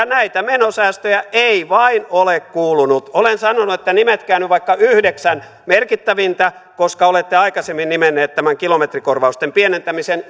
näitä menosäästöjä ei vaan ole kuulunut olen sanonut että nimetkää nyt vaikka yhdeksän merkittävintä koska olette aikaisemmin nimenneet tämän kilometrikorvausten pienentämisen